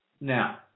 Now